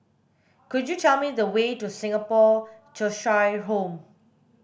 could you tell me the way to Singapore Cheshire Home